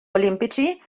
olimpici